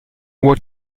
what